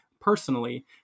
personally